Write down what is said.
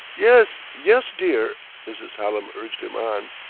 yes, yes, dear! mrs. hallam urged him on.